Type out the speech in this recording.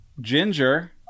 Ginger